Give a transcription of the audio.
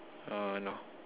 orh no